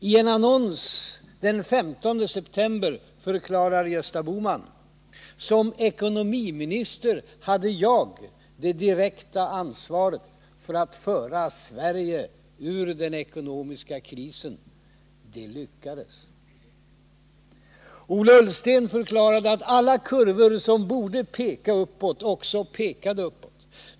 I en annons den 15 september förklarade Gösta Bohman: ”Som ekonomiminister hade jag det direkta ansvaret för att föra Sverige ut ur den ekonomiska krisen. Det lyckades.” Ola Ullsten förklarade att alla kurvor som borde peka uppåt också pekade uppåt.